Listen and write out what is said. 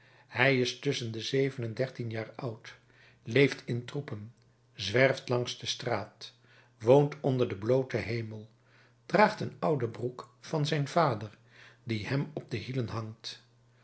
hij is tusschen de zeven en dertien jaar oud leeft in troepen zwerft langs de straat woont onder den blooten hemel draagt een oude broek van zijn vader die hem op de hielen hangt